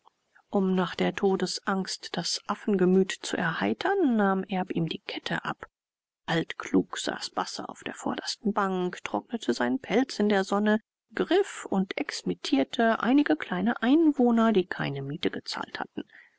um nach der todesangst das affengemüt zu erheitern nahm erb ihm die kette ab altklug saß basse auf der vordersten bank trocknete seinen pelz in der sonne griff und exmittierte einige kleine einwohner die keine miete gezahlt hatten